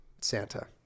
Santa